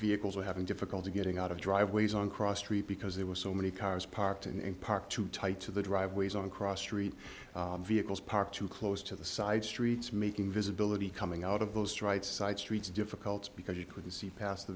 vehicles were having difficulty getting out of driveways on cross street because there were so many cars parked and parked too tight to the driveways on cross street vehicles parked too close to the side streets making visibility coming out of those right side streets difficult because you couldn't see past the